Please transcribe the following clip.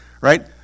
right